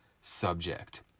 subject